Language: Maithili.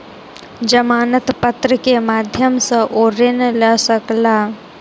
जमानत पत्र के माध्यम सॅ ओ ऋण लय सकला